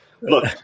Look